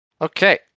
Okay